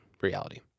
reality